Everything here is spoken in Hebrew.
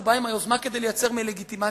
הוא בא עם היוזמה כדי לייצר לגיטימציה,